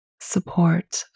support